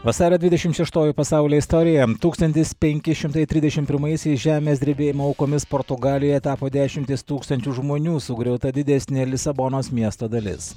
vasario dvidešimt šeštoji pasaulio istorija tūkstantis penki šimtai trisdešimt pirmaisiais žemės drebėjimo aukomis portugalija tapo dešimtys tūkstančių žmonių sugriauta didesnė lisabonos miesto dalis